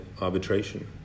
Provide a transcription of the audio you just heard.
arbitration